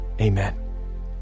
amen